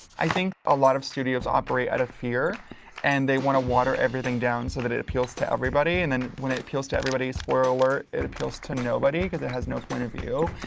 i think a lot of studios operate out of fear and they wanna water everything down, so that it appeals to everybody. and then when it appeals to everybody, spoiler alert, it appeals to nobody. cause it has no point of view.